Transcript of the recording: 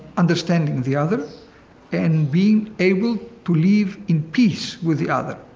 understanding the other and being able to live in peace with the other.